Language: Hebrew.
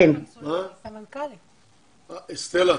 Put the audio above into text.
סטלה,